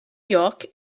york